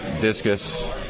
discus